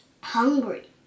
hungry